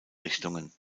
richtungen